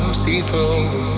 see-through